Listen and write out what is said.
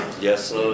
Yes